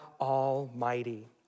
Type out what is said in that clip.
Almighty